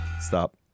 Stop